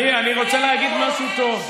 אני רוצה להגיד משהו טוב.